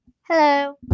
Hello